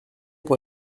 pour